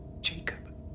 Jacob